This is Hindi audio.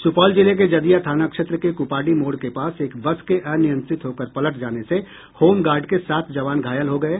सुपौल जिले के जदिया थाना क्षेत्र के कुपाडी मोड़ के पास एक बस के अनियंत्रित होकर पलट जाने से होमगार्ड के सात जवान घायल हो गये